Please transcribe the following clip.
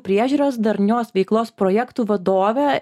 priežiūros darnios veiklos projektų vadovė